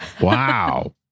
wow